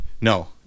no